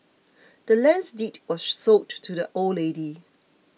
the land's deed was sold to the old lady